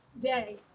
day